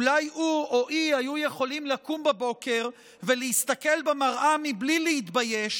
אולי הוא או היא היו יכולים לקום בבוקר ולהסתכל במראה מבלי להתבייש